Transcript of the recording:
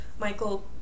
Michael